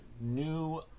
new